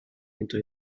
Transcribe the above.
into